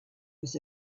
was